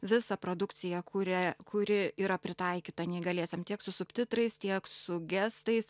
visą produkciją kurią kuri yra pritaikyta neįgaliesiem tiek su subtitrais tiek su gestais